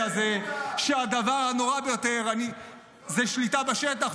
הזה שהדבר הנורא ביותר זה שליטה בשטח,